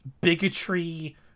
bigotry